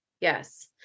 yes